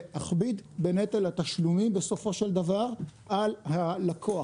להכביד בנטל התשלומים בסופו של דבר על הלקוח.